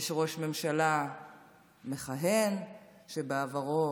יש ראש ממשלה מכהן שבעברו